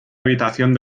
habitación